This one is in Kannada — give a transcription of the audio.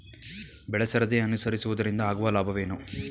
ಬೆಳೆಸರದಿ ಅನುಸರಿಸುವುದರಿಂದ ಆಗುವ ಲಾಭವೇನು?